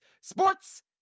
Sports